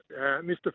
Mr